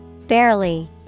Barely